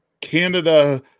Canada